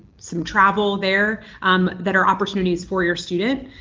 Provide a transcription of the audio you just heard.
some travel there um that are opportunities for your student.